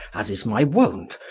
as is my wont,